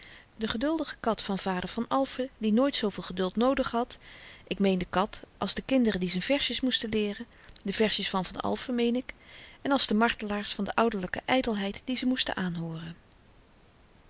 de geduldige kat van vader van alphen die nooit zooveel geduld noodig had ik meen de kat als de kinderen die z'n versjes moesten leeren de versjes van van alphen meen ik en als de martelaars van de ouderlyke ydelheid die ze moesten aanhooren